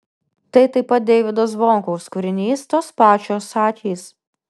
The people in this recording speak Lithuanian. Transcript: tai taip pat deivydo zvonkaus kūrinys tos pačios akys